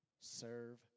Serve